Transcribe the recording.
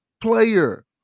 player